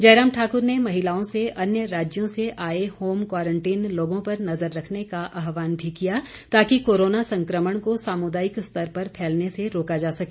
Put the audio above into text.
जयराम ठाकुर ने महिलाओं से अन्य राज्यों से आए होम क्वारंटीन लोगों पर नज़र रखने का आह्वान भी किया ताकि कोरोना संकमण को सामुदायिक स्तर पर फैलने से रोका जा सके